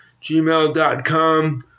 gmail.com